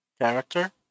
character